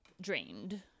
drained